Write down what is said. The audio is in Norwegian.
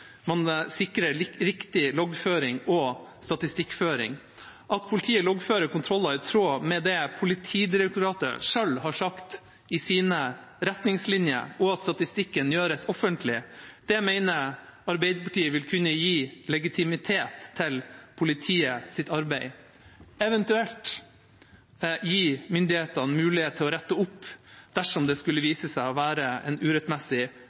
man sikrer riktig loggføring og statistikkføring. At politiet loggfører kontroller i tråd med det Politidirektoratet selv har sagt i sine retningslinjer, og at statistikken gjøres offentlig, mener Arbeiderpartiet vil kunne gi legitimitet til politiets arbeid – eventuelt gi myndighetene mulighet til å rette opp dersom det skulle vise seg å være en urettmessig